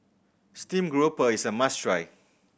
stream grouper is a must try